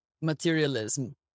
materialism